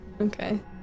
Okay